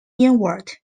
inward